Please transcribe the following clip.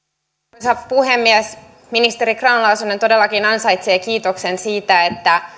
arvoisa puhemies ministeri grahn laasonen todellakin ansaitsee kiitoksen siitä että